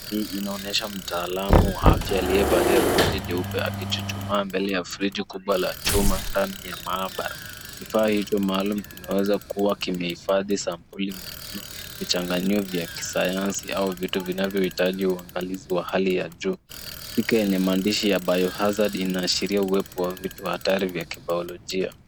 Hii inaonyesha mtaalamu wa afya aliyevalia koti jeupe akichuchumaa ndani ya friji kubwa la chuma ndani ya maabara. Kifaa hicho maalum kinaweza kuwa kimehifadhi sampuli muhimu, vichanganyio vya kisayansi au vitu vinavyohitaji uangalizi wa hali ya juu. Sticker yenye maandishi ya biohazard inaashiria uwepo wa vitu hatari vya kibiolojia.